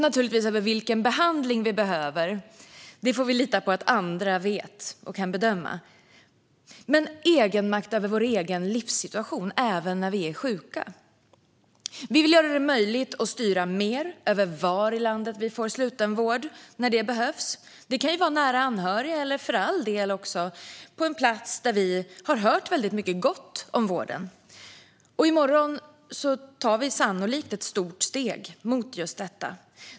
Naturligtvis inte över vilken behandling man behöver - det får vi lita på att andra vet och kan bedöma - men egenmakt över sin livssituation även när man är sjuk. Vi vill göra det möjligt att styra mer över var i landet man får slutenvård när det behövs. Det kan vara nära ens anhöriga, eller för all del på en plats där man har hört väldigt mycket gott om vården. I morgon tar vi sannolikt ett stort steg mot just detta.